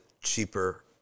cheaper